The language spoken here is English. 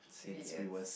three years